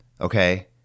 Okay